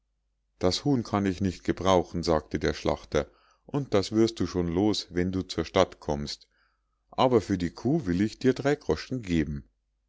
das huhn kann ich nicht gebrauchen sagte der schlachter und das wirst du schon los wenn du zur stadt kommst aber für die kuh will ich dir drei groschen geben